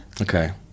Okay